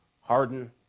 Harden